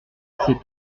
c’est